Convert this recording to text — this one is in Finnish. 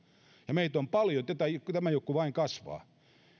ja meitä on paljon tämä joukko vain kasvaa